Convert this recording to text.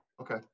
okay